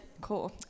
Cool